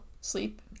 sleep